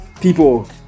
people